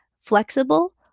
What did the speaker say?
flexible